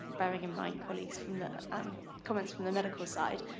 bearing in mind colleagues from the um comments from the medical side,